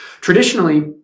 Traditionally